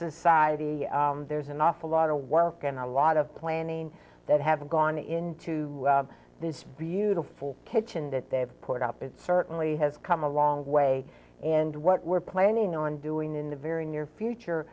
there's an awful lot of work and a lot of planning that have gone into this beautiful kitchen that they have put up it certainly has come a long way and what we're planning on doing in the very near future